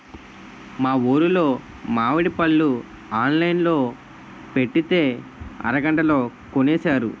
మా ఊరులో మావిడి పళ్ళు ఆన్లైన్ లో పెట్టితే అరగంటలో కొనేశారు